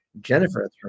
Jennifer